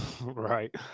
Right